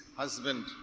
husband